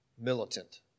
militant